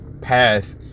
path